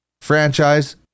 franchise